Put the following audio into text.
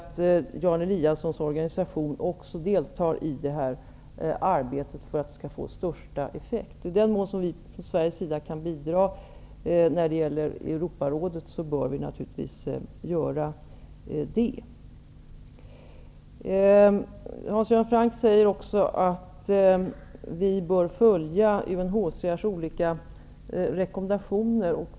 Jan Eliassons organisation bör också delta i detta arbete för att det skall få största effekt. I den mån Sverige kan bidra när det gäller Europarådet bör vi naturligtvis göra det. Hans Göran Franck säger också att vi bör följa UNHCR:s olika rekommendationer.